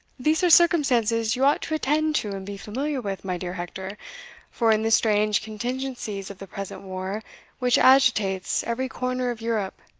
these are circumstances you ought to attend to and be familiar with, my dear hector for, in the strange contingencies of the present war which agitates every corner of europe,